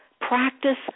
Practice